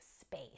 space